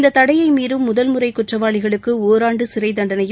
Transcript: இந்த தடையை மீறும் முதல் முறை குற்றவாளிகளுக்கு ஓராண்டு சிறைத்தண்டனையும்